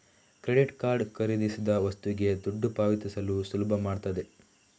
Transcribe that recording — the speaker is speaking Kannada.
ಕ್ರೆಡಿಟ್ ಕಾರ್ಡ್ ಖರೀದಿಸಿದ ವಸ್ತುಗೆ ದುಡ್ಡು ಪಾವತಿಸಲು ಸುಲಭ ಮಾಡ್ತದೆ